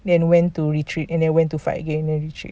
then when to retreat and then went to fight again and then retreat